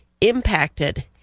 impacted